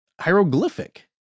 hieroglyphic